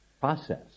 process